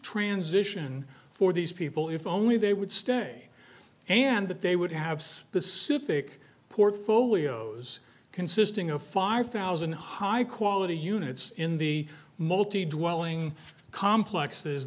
transition for these people if only they would stay and that they would have specific portfolios consisting of five thousand high quality units in the multi dwelling complexes